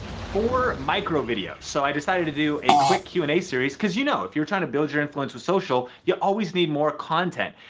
four micro videos. so i decided to do a quick q and a series, cause you know, if you're trying to build your influence with social, you'll always need more content.